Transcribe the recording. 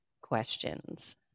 questions